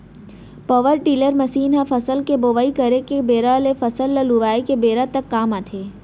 power tiller मसीन ह फसल के बोवई करे के बेरा ले फसल ल लुवाय के बेरा तक काम आथे